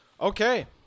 Okay